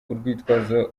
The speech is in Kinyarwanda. urwitwazo